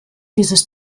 dieses